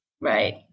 Right